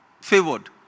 favored